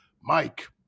Mike